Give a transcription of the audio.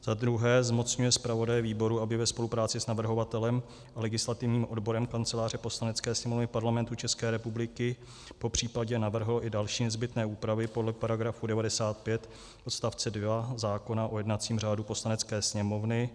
II. zmocňuje zpravodaje výboru, aby ve spolupráci s navrhovatelem a legislativním odborem Kanceláře Poslanecké sněmovny Parlamentu České republiky popřípadě navrhl i další nezbytné úpravy podle § 95 odst. 2 zákona o jednacím řádu Poslanecké sněmovny;